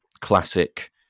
classic